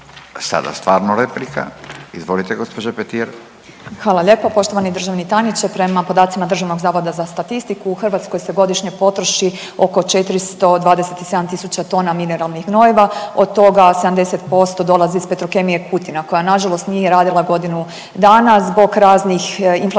Sada stvarno replika, izvolite gospođa Petir. **Petir, Marijana (Nezavisni)** Hvala lijepo. Poštovani državni tajniče prema podacima Državnog zavoda za statistiku u Hrvatskoj se godišnje potroši oko 427 tisuća tona mineralnih gnojiva od toga 70% dolazi iz Petrokemije Kutina koja nažalost nije radila godinu dana zbog raznih inflatornih